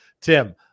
Tim